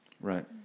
Right